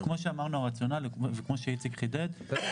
כמו שאמרנו וכמו שאיציק חידד --- טוב,